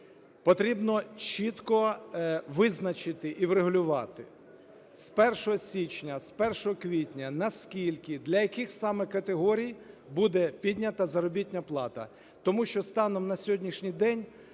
потрібно чітко визначити і врегулювати з 1 січня, з 1 квітня, на скільки, для яких саме категорій буде піднята заробітна плата. Тому що станом на сьогоднішній день